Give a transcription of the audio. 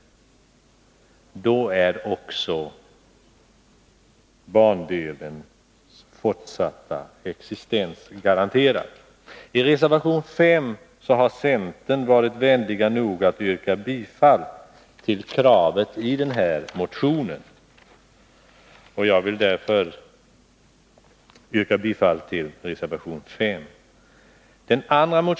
Då blir också bandelarnas fortsatta existens garanterad. I reservation 5 har centern varit vänlig nog att yrka bifall till kravet i den här motionen, och jag vill därför yrka bifall till reservation 5.